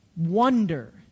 wonder